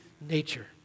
nature